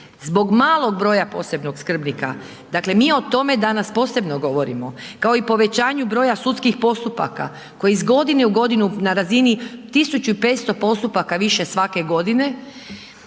Zbog malo broja posebnog skrbnika, dakle mi o tome danas posebno govorimo kao i povećanju broja sudskih postupaka koji iz godine u godinu na razini 1500 postupaka više svake godine,